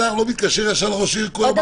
השר לא מתקשר ישר לראש העיר ושואל: מה קורה אצלך?